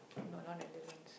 no no not Netherlands